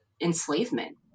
enslavement